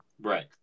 Right